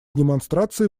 демонстрации